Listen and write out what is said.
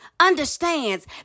understands